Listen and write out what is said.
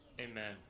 Amen